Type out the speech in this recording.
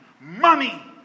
money